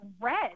red